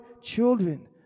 children